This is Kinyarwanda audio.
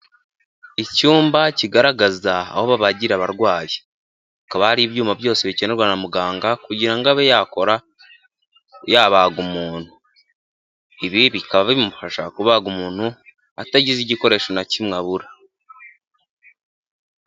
Icyumba kigaragaraza aho babagira abarwayi. Hakaba hari ibyuma byose bikenerwa na mugaga kugirango abe yabaga umuntu. Ibi bikaba bimufasha kubaga umuntu atagize igikoresho na kimwe abura.